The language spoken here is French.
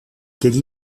kelly